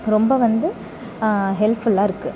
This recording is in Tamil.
ரொம்ப வந்து ஹெல்ப்ஃபுல்லாக இருக்குது